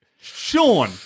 Sean